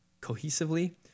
cohesively